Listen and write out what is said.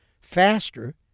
faster